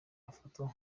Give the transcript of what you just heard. afatwa